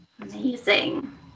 Amazing